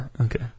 Okay